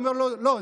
אמר לו: לא,